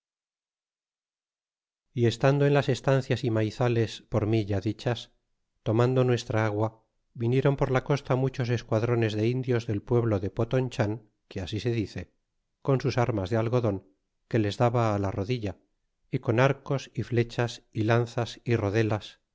y estando en las estancias y maizales por ml ya dichas tomando nuestra agua vinieron por la costa muchos esquadrones de indios del pueblo de potonchan que así se dice con sus armar le algodon que les daba la rodilla y con arcos y flechas y lanzas y rodelas